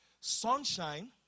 sunshine